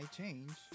change